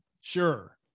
sure